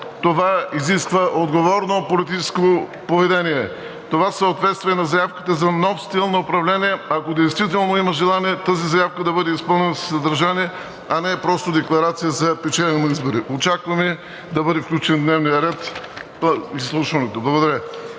Това изисква отговорно политическо поведение. Това съответства и на заявката за нов стил на управление, ако действително има желание тази заявка да бъде изпълнена със съдържание, а не просто декларация за печелене на избори. Очакваме изслушването да бъде включено в дневния ред. Благодаря.